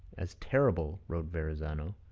as terrible wrote verrazano,